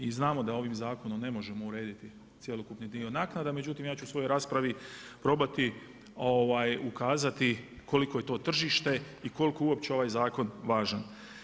I znamo da ovim zakonom ne možemo urediti cjelokupni dio naknada, međutim ja ću u svojoj raspravi probati ukazati koliko je to tržište i koliko je uopće ovaj zakon važan.